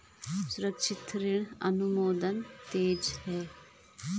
सुरक्षित ऋण अनुमोदन तेज है